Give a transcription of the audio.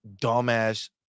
dumb-ass